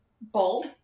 bold